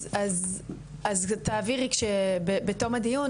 אז תעבירי בתום הדיון,